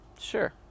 sure